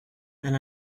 and